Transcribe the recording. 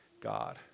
God